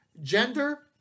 gender